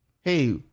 Hey